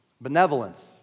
Benevolence